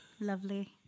Lovely